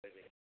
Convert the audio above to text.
କହିବେ